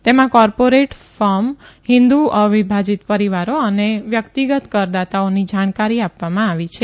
તેમાં corporate firm Hindu અવિભાજીત પરીવારો અને વ્યકિતગત કરદાતાઓની જાણકારી આપવામાં આવી છે